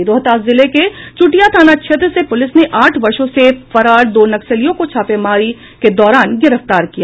रोहतास जिले के चुटिया थाना क्षेत्र से पुलिस ने आठ वर्षों से फरार दो नक्सलियों को छापेमारी के दौरान गिरफ्तार किया है